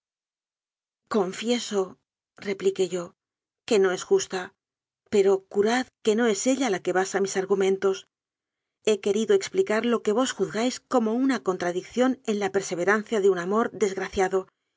y monstruosas confiesorepliqué yoque no es justa pero curad que no es ella la que basa mis argumentos he querido explicar lo que vos juzgáis como una contradicción en la perseverancia de un amor